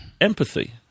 empathy